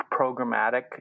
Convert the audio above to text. programmatic